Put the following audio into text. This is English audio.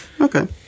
Okay